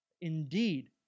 Indeed